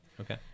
okay